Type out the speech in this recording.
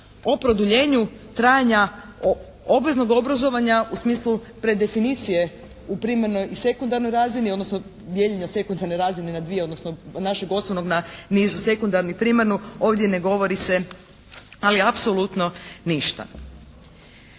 O produljenju trajanja obveznog obrazovanja u smislu predefinicije u primarnoj i sekundarnoj razini odnosno dijeljenja sekundarne razine na dvije odnosno našeg osnovnog na nižu sekundarnu i primarnu ovdje ne govori se, ali apsolutno ništa.